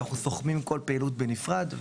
אנחנו סוכמים כל פעילות בנפרד,